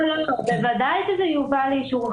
בוודאי שזה יובא לאישורכם הכול,